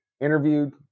interviewed